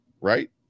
Right